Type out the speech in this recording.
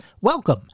welcome